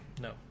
No